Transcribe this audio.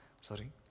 Sorry